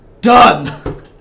done